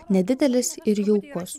nedidelis ir jaukus